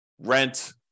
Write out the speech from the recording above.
rent